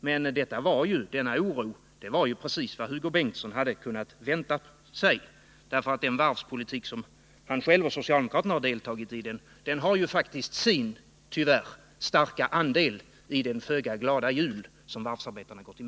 Men denna oro var precis vad Hugo Bengtsson hade kunnat vänta sig, därför att den varvspolitik som han själv och andra socialdemokrater har medverkat till har ju, tyvärr, faktiskt sin stora andel i den föga glada jul som varvsarbetarna går till